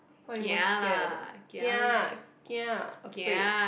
what are you most kia about kia kia afraid